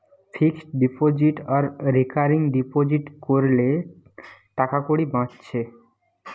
fixed deposit আর recurring deposit কোরলে টাকাকড়ি বাঁচছে